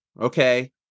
Okay